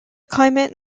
climate